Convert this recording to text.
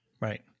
right